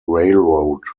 railroad